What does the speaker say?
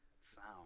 sound